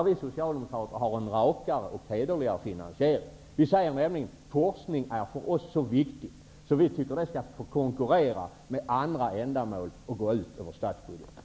Vi socialdemokrater har en rakare och hederligare finansiering. Vi säger nämligen att forskningen är så viktig för oss att vi tycker att den skall få konkurrera med andra ändamål och gå ut över statsbudgeten.